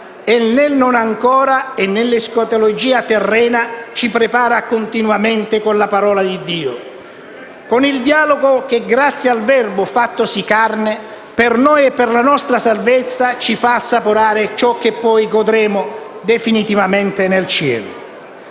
e nel «non ancora» e nell'escatologia terrena ci prepara continuamente con la Parola di Dio, con il dialogo che, grazie al Verbo fattosi carne, per noi e per la nostra salvezza, ci fa assaporare ciò che poi godremo definitivamente nel cielo.